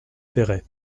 perray